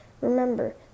Remember